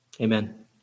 Amen